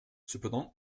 cependant